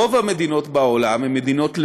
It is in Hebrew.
רוב המדינות בעולם הן מדינות לאום,